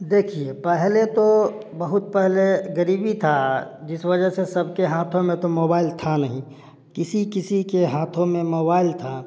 देखिए पहले तो बहुत पहले गरीबी था जिस वजह से सबके हाथों में तो मोबाइल था नहीं किसी किसी के हाथों में मोबाइल था